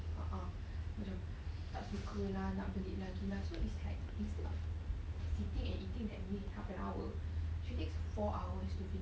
so because chicken